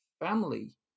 family